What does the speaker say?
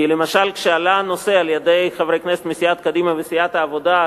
כי למשל כשהוא הועלה על-ידי חברי כנסת מסיעת קדימה וסיעת העבודה,